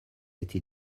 été